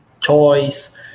toys